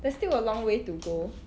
there's still a long way to go